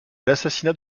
l’assassinat